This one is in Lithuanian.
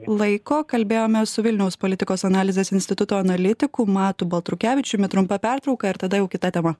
laiko kalbėjome su vilniaus politikos analizės instituto analitiku matu baltrukevičiumi trumpa pertrauka ir tada jau kita tema